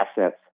assets